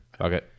Okay